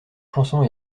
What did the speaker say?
chansons